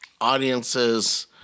audiences